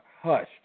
hushed